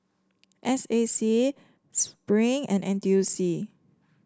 S A C Spring and N T U C